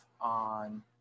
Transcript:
on